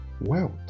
wealth